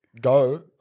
Go